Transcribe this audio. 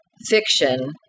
fiction